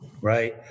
right